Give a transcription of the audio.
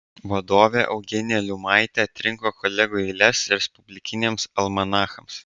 vadovė eugenija liumaitė atrinko kolegų eiles respublikiniams almanachams